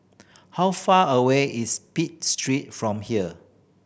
how far away is Pitt Street from here